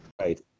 right